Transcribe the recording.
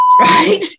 right